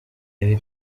ibi